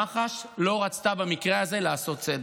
מח"ש לא רצתה במקרה הזה לעשות צדק.